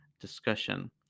discussion